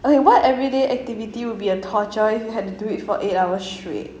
okay what everyday activity would be a torture if you had to do it for eight hours straight